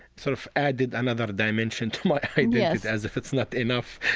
sort of added another dimension to my identity, as as if it's not enough.